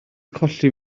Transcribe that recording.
colli